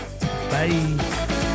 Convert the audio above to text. Bye